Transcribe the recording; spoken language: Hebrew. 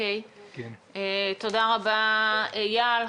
תודה רבה אייל.